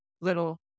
little